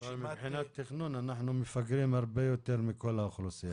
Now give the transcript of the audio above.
-- אבל מבחינת תכנון אנחנו מפגרים הרבה יותר מכל האוכלוסייה.